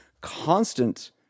constant